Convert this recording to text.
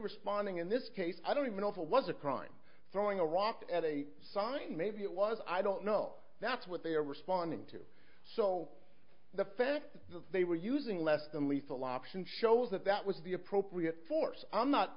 responding in this case i don't even know if it was a crime throwing a rock at a sign maybe it was i don't know that's what they are responding to so the fact that they were using less than lethal options shows that that was the appropriate force i'm not